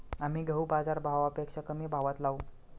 आम्ही गहू बाजारभावापेक्षा कमी भावात लावू